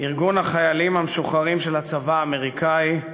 ארגון החיילים המשוחררים של הצבא האמריקני,